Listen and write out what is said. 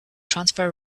transfer